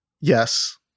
Yes